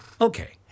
okay